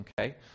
okay